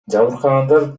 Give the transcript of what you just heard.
жабыркагандар